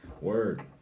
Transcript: Word